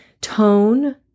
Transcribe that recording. tone